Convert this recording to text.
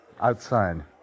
Outside